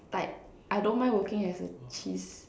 like I don't mind working as a cheese